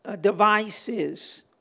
devices